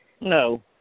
No